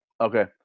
Okay